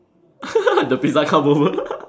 the pizza come over